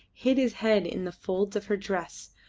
hid his head in the folds of her dress,